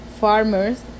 farmers